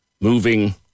moving